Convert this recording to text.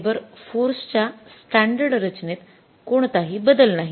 labour force च्या standard रचनेत कोणताही बदल नाही